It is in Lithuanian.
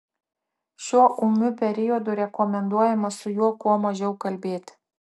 šiuo ūmiu periodu rekomenduojama su juo kuo mažiau kalbėti